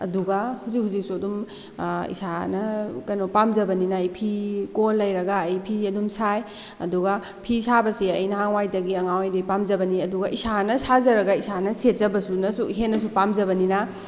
ꯑꯗꯨꯒ ꯍꯧꯖꯤꯛ ꯍꯧꯖꯤꯛꯁꯨ ꯑꯗꯨꯝ ꯏꯁꯥꯅ ꯀꯩꯅꯣ ꯄꯥꯝꯖꯕꯅꯤꯅ ꯑꯩ ꯐꯤ ꯀꯣꯟ ꯂꯩꯔꯒ ꯑꯩ ꯐꯤ ꯑꯗꯨꯝ ꯁꯥꯏ ꯑꯗꯨꯒ ꯐꯤ ꯁꯥꯕꯁꯦ ꯑꯩ ꯅꯍꯥꯋꯥꯏꯗꯒꯤ ꯑꯉꯥꯡ ꯑꯣꯏꯔꯤꯉꯩꯗꯒꯤ ꯄꯥꯝꯖꯕꯅꯤ ꯑꯗꯨꯒ ꯏꯁꯥꯅ ꯁꯥꯖꯔꯒ ꯏꯁꯥꯅ ꯁꯦꯠꯆꯕꯁꯨꯅꯁꯨ ꯍꯦꯟꯅꯁꯨ ꯄꯥꯝꯖꯕꯅꯤꯅ